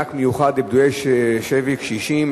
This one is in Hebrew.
מענק מיוחד לפדויי שבי קשישים),